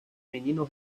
menino